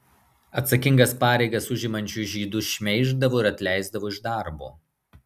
atsakingas pareigas užimančius žydus šmeiždavo ir atleisdavo iš darbo